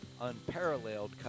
unparalleled